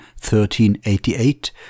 1388